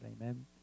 amen